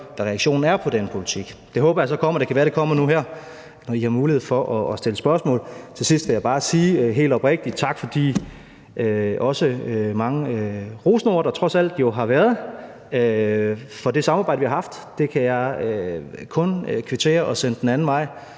hvad reaktionen er på den politik. Det håber jeg så kommer, og det kan være, at det kommer nu her, når I har mulighed for at stille spørgsmål. Til sidst vil jeg bare helt oprigtigt sige tak også for de mange rosende ord, der jo trods alt har været, for det samarbejde, vi har haft. Dem kan jeg kun kvittere for og sende den anden vej.